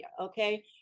okay